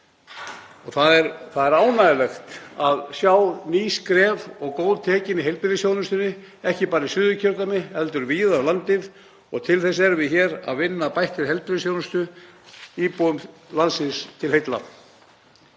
Það er ánægjulegt að sjá ný skref og góð tekin í heilbrigðisþjónustunni, ekki bara í Suðurkjördæmi heldur víða um landið. Til þess erum við hér, til að vinna að bættri heilbrigðisþjónustu, íbúum landsins til heilla.